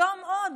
היום עוד,